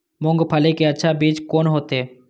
मूंगफली के अच्छा बीज कोन होते?